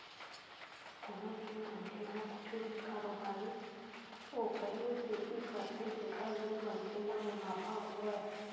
कोनो भी मनखे ह कुछु भी कारोबारी ओखरे सेती करथे जेखर ले मनखे ल मुनाफा होवय